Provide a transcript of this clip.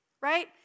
right